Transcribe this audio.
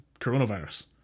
coronavirus